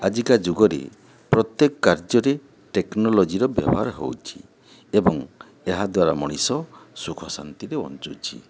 ଆଜିକା ଯୁଗରେ ପ୍ରତ୍ୟେକ କାର୍ଯ୍ୟରେ ଟେକ୍ନୋଲୋଜିର ବ୍ୟବହାର ହେଉଛି ଏବଂ ଏହାଦ୍ୱାରା ମଣିଷ ସୁଖ ଶାନ୍ତିରେ ବଞ୍ଚୁଛି